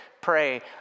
pray